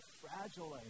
fragile